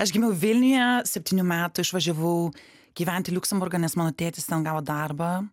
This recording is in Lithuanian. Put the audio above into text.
aš gimiau vilniuje septynių metų išvažiavau gyvent į liuksemburgą nes mano tėtis ten gavo darbą